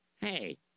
Hey